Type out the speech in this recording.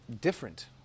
different